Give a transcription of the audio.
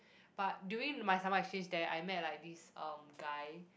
but during my summer exchange there I met like this um guy